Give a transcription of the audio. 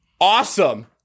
Awesome